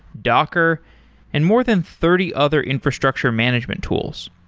docker and more than thirty other infrastructure management tools.